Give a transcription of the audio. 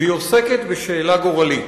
והיא עוסקת בשאלה גורלית: